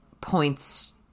points